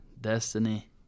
Destiny